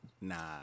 nah